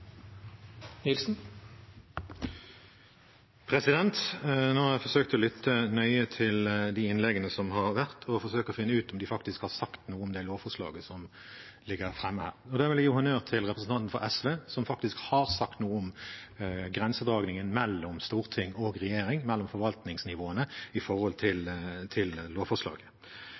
Nå har jeg forsøkt å lytte nøye til de innleggene som har vært, for å forsøke å finne ut om det faktisk er sagt noe om det lovforslaget som ligger fremme her. Da vil jeg gi honnør til representanten fra SV, som faktisk har sagt noe om grensedragningen mellom storting og regjering, mellom forvaltningsnivåene, når det gjelder lovforslaget.